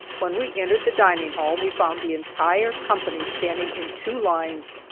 when we entered the dining hall we found the entire company standing in two lines,